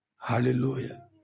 Hallelujah